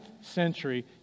century